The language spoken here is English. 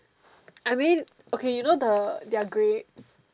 I mean okay you know the their grapes